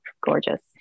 gorgeous